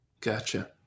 Gotcha